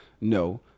no